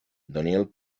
daniel